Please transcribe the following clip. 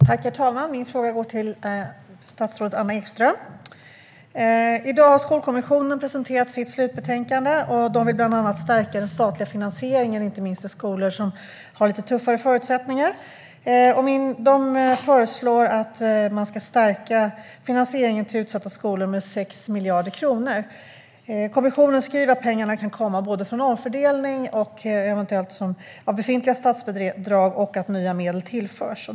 Herr talman! Min fråga går till statsrådet Anna Ekström. I dag har Skolkommissionen presenterat sitt slutbetänkande. Den vill bland annat stärka den statliga finansieringen inte minst för skolor som har lite tuffare förutsättningar. Den föreslår att man ska stärka finansieringen till utsatta skolor med 6 miljarder kronor. Kommissionen skriver att pengarna kan komma både från omfördelning av befintliga statsbidrag och från att nya medel tillförs.